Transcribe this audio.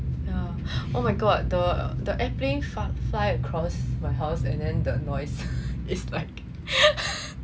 yeah oh my god the the airplane fly fly across my house and then the noise is like